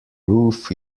roof